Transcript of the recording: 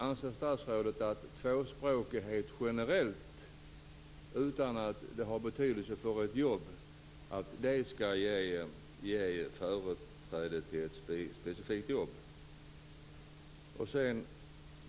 Anser statsrådet att tvåspråkighet generellt, utan att det har betydelse för ett jobb, skall ge företräde till ett specifikt jobb?